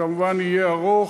שכמובן תהיה תהליך ארוך,